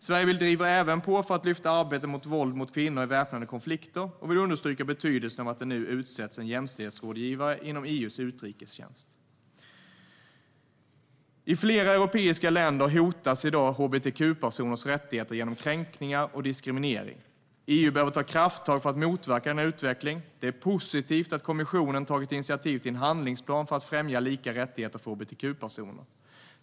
Sverige driver även på för att lyfta arbetet mot våld mot kvinnor i väpnade konflikter och vill understryka betydelsen av att det nu har utsetts en jämställdhetsrådgivare i EU:s utrikestjänst.I flera europeiska länder hotas i dag hbtq-personers rättigheter genom kränkningar och diskriminering. EU behöver ta krafttag för att motverka denna utveckling, och det är positivt att kommissionen har tagit initiativ till en handlingsplan för att främja lika rättigheter för hbtq-personer.